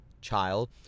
child